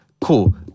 Cool